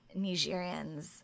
Nigerians